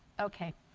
okay,